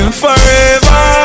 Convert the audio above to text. forever